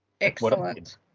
excellent